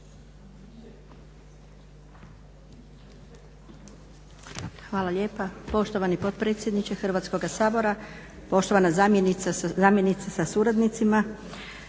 Hvala lijepa poštovani potpredsjedniče Hrvatskog sabora, poštovana zamjenice ministrice sa suradnicima,